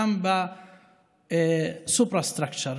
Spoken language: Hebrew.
גם ב-superstructure,